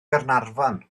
gaernarfon